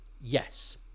yes